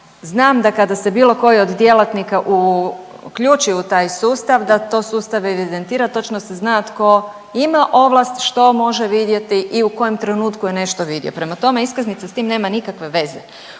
Znam da kada se bilo koji od djelatnika uključi u taj sustav da to sustav evidentira, točno se zna tko ima ovlast što može vidjeti i u kojem trenutku je nešto vidi. Prema tome iskaznica s tim nema nikakve veze.